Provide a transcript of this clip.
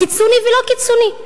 קיצוני ולא קיצוני,